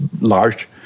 large